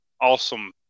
awesome